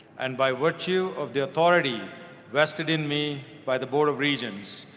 and by virtue of the authority vested in me by the board of regents,